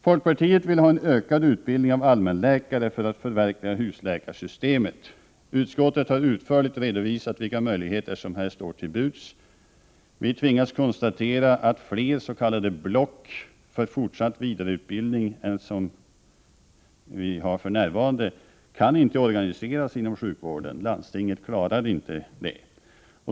Folkpartiet vill ha en ökad utbildning av allmänläkare för att förverkliga husläkarsystemet. Utskottet har utförligt redovisat vilka möjligheter som här står till buds. Vi tvingas konstatera att fler s.k. block för fortsatt vidareutbildning än för närvarande inte kan organiseras inom sjukvården. Landstingen klarar inte detta.